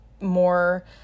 more